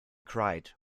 cried